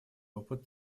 опыт